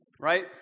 right